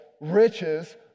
riches